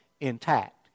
intact